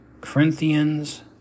Corinthians